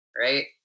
right